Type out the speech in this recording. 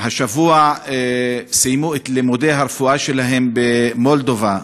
השבוע סיימו את לימודי הרפואה שלהם במולדובה,